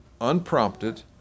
unprompted